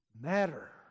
matter